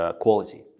quality